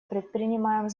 предпринимаем